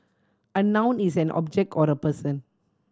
a noun is an object or a person